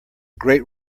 great